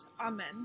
Amen